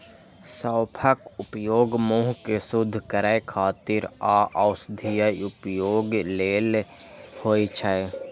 सौंफक उपयोग मुंह कें शुद्ध करै खातिर आ औषधीय उपयोग लेल होइ छै